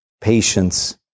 patience